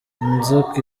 inzoka